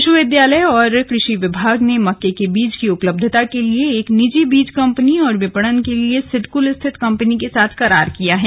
विश्वविद्यालय और कृषि विभाग ने मक्के के बीज की उपलब्धता के लिए एक निजी बीज कंपनी और विपणन के लिए सिडकुल स्थित कंपनी के साथ करार किया है